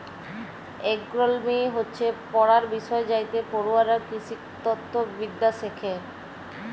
agronomy হচ্যে পড়ার বিষয় যাইতে পড়ুয়ারা কৃষিতত্ত্ব বিদ্যা শ্যাখে